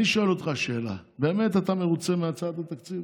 אני שואל אותך שאלה: באמת אתה מרוצה מהצעת התקציב?